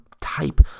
type